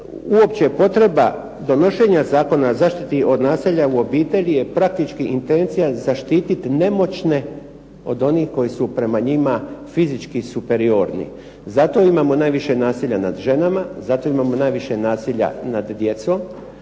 uopće potreba donošenja Zakona o zaštiti od nasilja od obitelji je praktički zaštititi nemoćne od onih koji su prema njima fizički superiorni, zato imamo najviše nasilja nad ženama, zato imamo najviše nasilja nad djecom,